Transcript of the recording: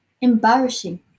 embarrassing